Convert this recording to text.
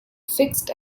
fixed